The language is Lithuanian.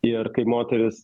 ir kai moteris